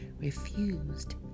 refused